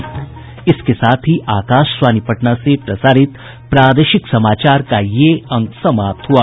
इसके साथ ही आकाशवाणी पटना से प्रसारित प्रादेशिक समाचार का ये अंक समाप्त हुआ